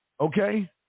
okay